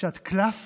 שאת קלאס